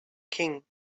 king